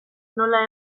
nola